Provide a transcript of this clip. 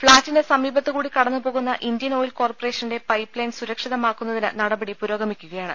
ഫ്ളാറ്റിന്റെ സമീപത്തു കൂടി കടന്നുപോകുന്ന ഇന്ത്യൻ ഓയിൽ കോർപ്പറേഷന്റെ പൈപ്പ് ലൈൻ സുരക്ഷിതമാക്കുന്നതിന് നടപടി പുരോഗമിക്കുകയാണ്